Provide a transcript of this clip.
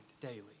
daily